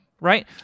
right